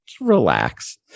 relax